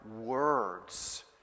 words